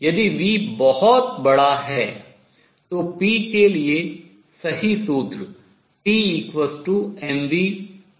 यदि v बहुत बड़ा है तो p के लिए सही सूत्र pmv1 v2c2 है